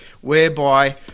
whereby